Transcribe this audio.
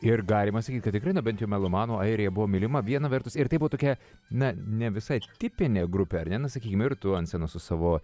ir galima sakyt kad tikrai bent jau melomanų airija buvo mylima viena vertus ir tai buvo tokia na ne visai tipinė grupė ar ne sakykim ir tu ant scenos su savo